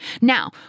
Now